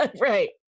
right